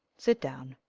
sit down.